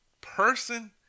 person